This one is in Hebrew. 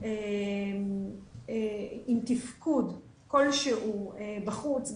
עם תפקוד כלשהו בחוץ,